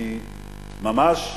אני ממש,